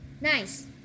Nice